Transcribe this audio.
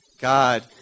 God